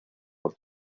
por